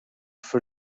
for